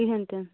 کِہیٖنۍ تہِ نہٕ